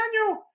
Daniel